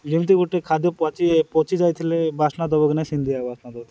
ଯେମିତି ଗୋଟେ ଖାଦ୍ୟ ପାଚି ପଚିଯାଇଥିଲେ ବାସ୍ନା ଦେବ କି ନାଇଁ ସେମିତି ଏକା ବାସ୍ନା ଦେଉଥିଲା